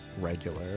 regular